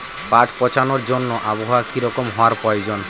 পাট পচানোর জন্য আবহাওয়া কী রকম হওয়ার প্রয়োজন?